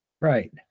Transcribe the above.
Right